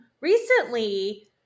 recently